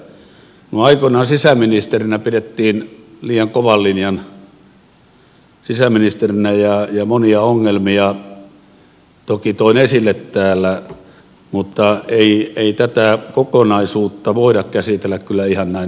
minua aikoinaan sisäministerinä pidettiin liian kovan linjan sisäministerinä ja monia ongelmia toki toin esille täällä mutta ei tätä kokonaisuutta voida käsitellä kyllä ihan näin yksioikoisesti